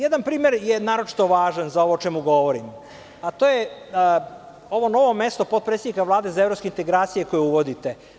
Jedan primer je naročito važan za ovo o čemu govorim, a to je ovo novo mesto potpredsednika Vlade za evropske integracije koje uvodite.